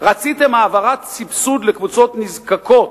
רציתם העברת סבסוד לקבוצות נזקקות,